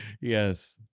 Yes